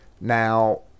Now